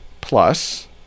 plus